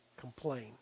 complain